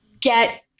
get –